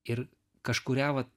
ir kažkurią vat